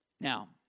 Now